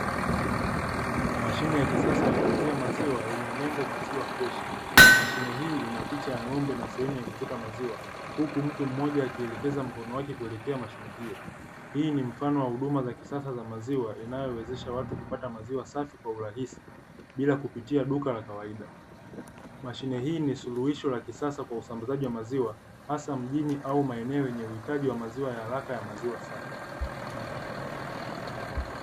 Mashine ya kisasa ya kuuzia maziwa yenye nembo maziwa freshi, mashine hii ina picha ya ng'ombe na sehemu ya kuchota maziwa, huku mtu mmoja akielekeza mkono wake kuelekea mashine hio. Hii ni mfano wa huduma za kisasa za maziwa inayowezesha watu kupata maziwa safi kwa urahisi bila kupitia duka la kawaida. Mashine hii ni suluhisho la kisasa kwa usambazaji wa maziwa hasa mjini au maeneo yenye uhitaji wa maziwa ya haraka ya maziwa safi.